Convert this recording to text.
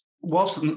whilst